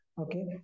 Okay